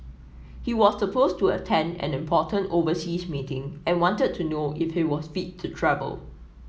he was supposed to attend an important overseas meeting and wanted to know if he was fit to travel